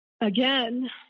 again